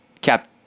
Cap